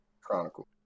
Chronicle